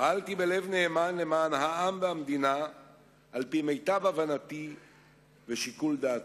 פעלתי בלב נאמן למען העם והמדינה על-פי מיטב הבנתי ושיקול דעתי.